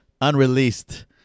unreleased